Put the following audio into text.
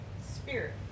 spirit